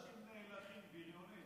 אנשים נאלחים, בריונים.